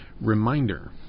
Reminder